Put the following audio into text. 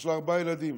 יש לה ארבעה ילדים.